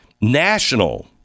national